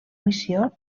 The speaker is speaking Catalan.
missió